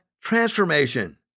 transformation